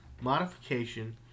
modification